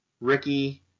Ricky